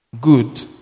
good